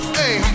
hey